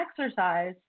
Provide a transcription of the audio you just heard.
exercise